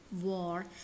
war